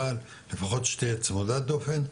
אבל לפחות שתהיה צמודת דופן,